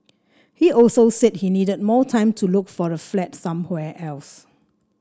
he also said he needed more time to look for a flat somewhere else